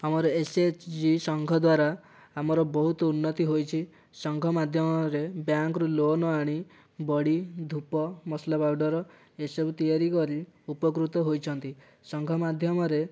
ଆମର ଏସଏଚଜି ସଂଘ ଦ୍ୱାରା ଆମର ବହୁତ ଉନ୍ନତି ହୋଇଛି ସଂଘ ମାଧ୍ୟମରେ ବ୍ୟାଙ୍କରୁ ଲୋନ ଆଣି ବଡ଼ି ଧୂପ ମସଲା ପାଉଡ଼ର ଏସବୁ ତିଆରି କରି ଉପକୃତ ହୋଇଛନ୍ତି ସଂଘ ମାଧ୍ୟମରେ